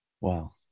Wow